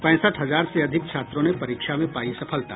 पैंसठ हजार से अधिक छात्रों ने परीक्षा में पायी सफलता